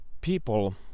people